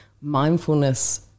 mindfulness